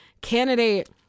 candidate